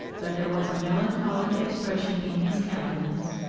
but there was a melancholy expression in his countenance,